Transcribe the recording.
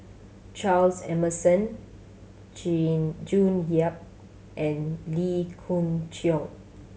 Charles Emmerson June Yap and Lee Khoon Choy